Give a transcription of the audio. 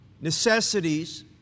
necessities